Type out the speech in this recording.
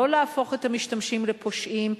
לא להפוך את המשתמשים לפושעים.